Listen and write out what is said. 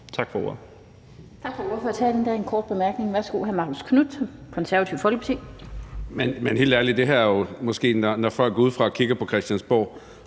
Tak for ordet.